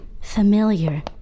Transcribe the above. familiar